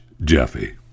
Jeffy